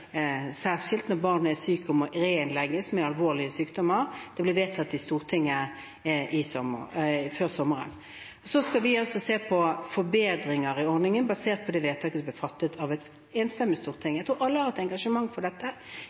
særskilt når barnet er sykt og må reinnlegges med alvorlig sykdom. Det ble vedtatt i Stortinget før sommeren. Vi skal se på forbedringer i ordningen basert på vedtaket som ble fattet av et enstemmig storting. Jeg tror alle har hatt engasjement for dette.